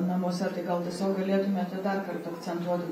namuose tai gal tiesiog galėtumėte dar kartą akcentuoti